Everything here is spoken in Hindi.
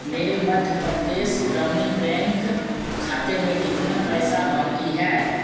मेरे मध्य प्रदेश ग्रामीण बैंक खाते में कितना पैसा बाकी है